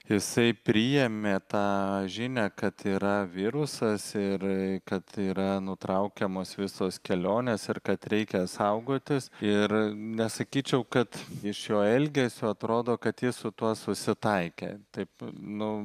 jisai priėmė tą žinią kad yra virusas ir kad yra nutraukiamos visos kelionės ir kad reikia saugotis ir nesakyčiau kad iš jo elgesio atrodo kad jis su tuo susitaikė taip nu